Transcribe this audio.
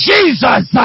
Jesus